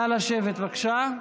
נא לשבת, בבקשה.